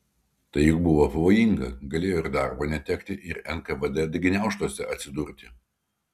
tai juk buvo pavojinga galėjo ir darbo netekti ir nkvd gniaužtuose atsidurti